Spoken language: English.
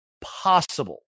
possible